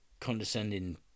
condescending